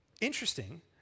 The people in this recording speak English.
Interesting